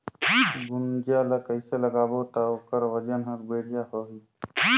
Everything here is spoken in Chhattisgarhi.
गुनजा ला कइसे लगाबो ता ओकर वजन हर बेडिया आही?